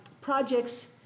projects